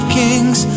kings